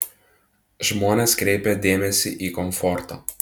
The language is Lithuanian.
žmonės kreipia dėmesį į komfortą